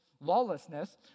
lawlessness